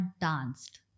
danced